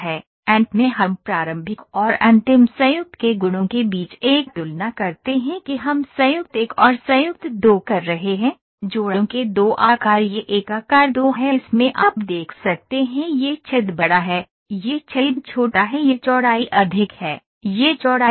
अंत में हम प्रारंभिक और अंतिम संयुक्त के गुणों के बीच एक तुलना करते हैं कि हम संयुक्त एक और संयुक्त दो कर रहे हैं जोड़ों के दो आकार यह एक आकार दो है इसमें आप देख सकते हैं यह छेद बड़ा है यह छेद छोटा है यह चौड़ाई अधिक है यह चौड़ाई कम है